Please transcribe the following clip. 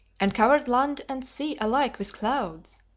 and covered land and sea alike with clouds,